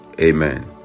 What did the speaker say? Amen